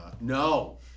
No